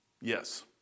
Yes